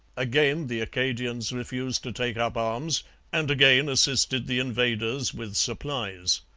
again the acadians refused to take up arms and again assisted the invaders with supplies.